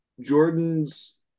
Jordan's